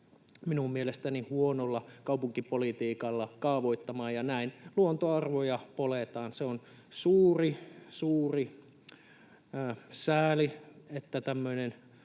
minun mielestäni huonolla kaupunkipolitiikalla kaavoittamaan, ja näin luontoarvoja poljetaan. Se on suuri, suuri sääli, että häviää